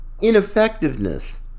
ineffectiveness